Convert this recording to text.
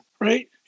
Right